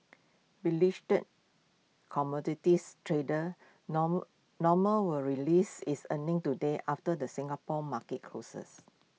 beleaguered commodities trader normal will release its earnings today after the Singapore market closes